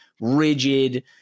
rigid